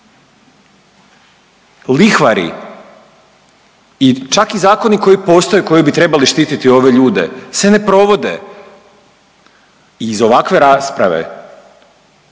lihvari i čak i zakoni koji postoje, koji bi trebali štititi ove ljude se ne provode i iz ovakve rasprave